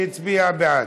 שהצביע בעד.